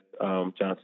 Johnson